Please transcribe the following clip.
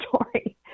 story